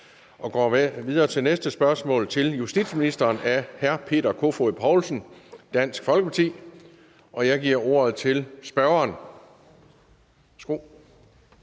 Vi går videre til næste spørgsmål til justitsministeren af hr. Peter Kofod Poulsen, Dansk Folkeparti. Kl. 16:56 Spm. nr.